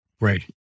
Right